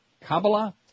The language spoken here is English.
Kabbalah